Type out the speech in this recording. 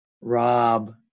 Rob